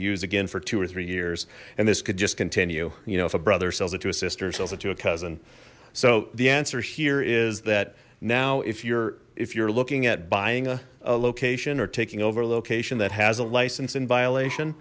use again for two or three years and this could just continue you know if a brother sells it to a sister sells it to a cousin so the answer here is that now if you're if you're looking at buying a location or taking over location that has a license in violation